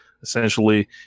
Essentially